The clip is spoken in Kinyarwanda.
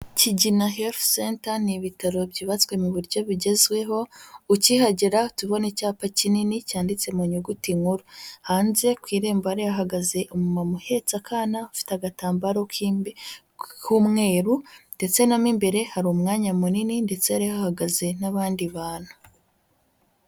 Kigina Health Center ni ibitaro byubatswe mu buryo bugezweho, ukihagera uhita ubona icyapa kinini cyanditse mu nyuguti nkuru. Hanze ku irembo yari hahagaze umumama uhetse umwana ufite agatambaro k'imbi k'umweru ndetse na mo imbere hari umwanya munini ndetse hari hahagaze n'abandi bantu.